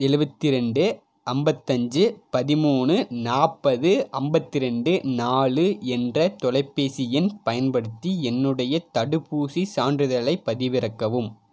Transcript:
எழுவத்தி ரெண்டு அம்பத்தஞ்சு பதிமூணு நாற்பது ஐம்பத்தி ரெண்டு நாலு என்ற தொலைபேசி எண் பயன்படுத்தி என்னுடைய தடுப்பூசி சான்றிதழைப் பதிவிறக்கவும்